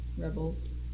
rebels